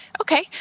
okay